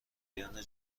بیان